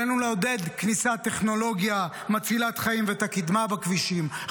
עלינו לעודד כניסת טכנולוגיה מצילת חיים ואת הקדמה בכבישים,